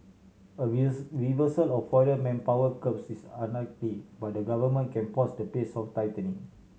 a reversal of foreign manpower curbs is unlikely but the Government can pause the pace of tightening